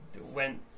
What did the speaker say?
went